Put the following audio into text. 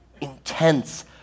intense